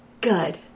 good